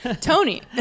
Tony